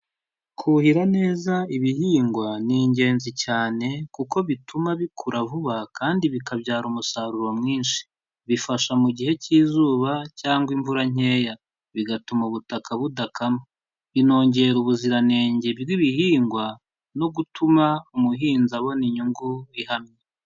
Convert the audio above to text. Kuhira neza ibihingwa ni ingenzi cyane, kuko bituma bikura vuba kandi bikabyara umusaruro mwinshi. Bifasha mu gihe cy'izuba, cyangwa imvura nkeya, bigatuma ubutaka budakama. Binongera ubuziranenge bw'ibihingwa, no gutuma umuhinzi abona inyungu ihamye.